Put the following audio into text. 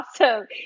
awesome